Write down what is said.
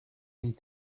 need